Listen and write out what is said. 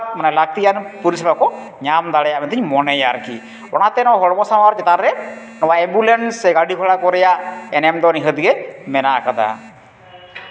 ᱢᱟᱱᱮ ᱞᱟᱹᱠᱛᱤᱭᱟᱱ ᱯᱚᱨᱤᱥᱮᱵᱟ ᱠᱚ ᱧᱟᱢ ᱫᱟᱲᱮᱭᱟᱜᱼᱟ ᱢᱮᱱᱛᱤᱧ ᱢᱚᱱᱮᱭᱟ ᱟᱨᱠᱤ ᱚᱱᱟᱛᱮ ᱱᱚᱣᱟ ᱦᱚᱲᱢᱚ ᱥᱟᱶᱟᱨ ᱪᱮᱛᱟᱱ ᱨᱮ ᱱᱚᱣᱟ ᱮᱢᱵᱩᱞᱮᱱᱥ ᱥᱮ ᱜᱟᱹᱰᱤ ᱜᱷᱚᱲᱟ ᱠᱚ ᱨᱮᱭᱟᱜ ᱮᱱᱮᱢ ᱫᱚ ᱱᱤᱦᱟᱹᱛ ᱜᱮ ᱢᱮᱱᱟᱜᱼᱟᱠᱟᱫᱟ